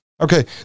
Okay